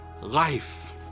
life